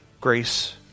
grace